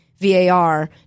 VAR